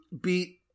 beat